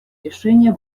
решения